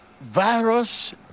virus